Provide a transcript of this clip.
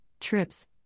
trips